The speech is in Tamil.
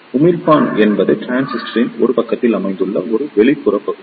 உமிழ்ப்பான் என்பது டிரான்சிஸ்டரின் ஒரு பக்கத்தில் அமைந்துள்ள ஒரு வெளிப்புற பகுதி